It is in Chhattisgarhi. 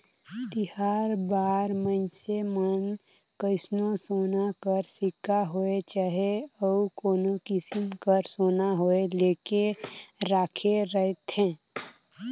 तिहार बार मइनसे मन कइसनो सोना कर सिक्का होए चहे अउ कोनो किसिम कर सोना होए लेके राखे रहथें